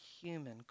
human